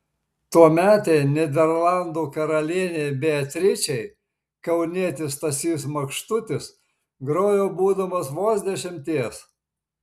tuometei nyderlandų karalienei beatričei kaunietis stasys makštutis grojo būdamas vos dešimties